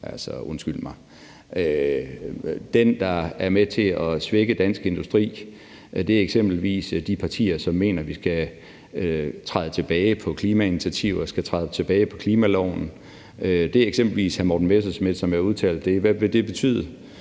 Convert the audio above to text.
Dem, der er med til at svække dansk industri, er eksempelvis de partier, som mener, vi skal træde tilbage på klimainitiativer og skal træde tilbage på klimaloven. Det er eksempelvis hr. Morten Messerschmidt, som har udtalt det. Hvad vil det betyde?